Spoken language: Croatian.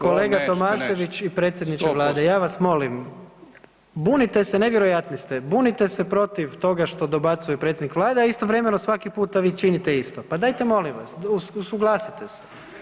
Kolega Tomašević i predsjedniče vlade, ja vas molim, bunite se, nevjerojatni ste, bunite se protiv toga što dobacuje predsjednik vlade, a istovremeno svaki puta vi činite isto, pa dajte molim vas usuglasite se.